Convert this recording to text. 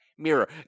Mirror